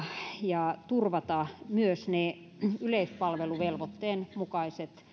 ja on turvattava myös ne yleispalveluvelvoitteen mukaiset